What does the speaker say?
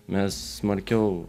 mes smarkiau